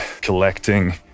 collecting